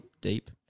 deep